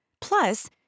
Plus